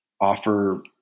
offer